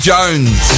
Jones